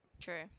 True